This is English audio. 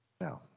No